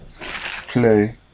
Play